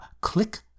click